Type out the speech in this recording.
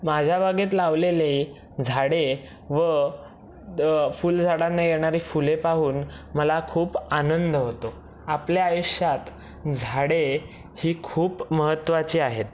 माझ्या बागेत लावलेले झाडे व फुलझाडांना येणारी फुले पाहून मला खूप आनंद होतो आपल्या आयुष्यात झाडे ही खूप महत्वाची आहेत